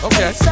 Okay